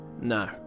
No